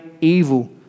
evil